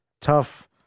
tough